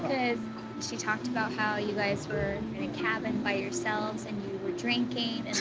she talked about how you guys were in a cabin by yourselves and you were drinking